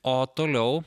o toliau